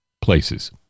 places